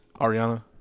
Ariana